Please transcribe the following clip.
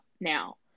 now